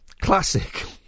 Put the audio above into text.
classic